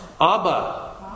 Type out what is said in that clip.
Abba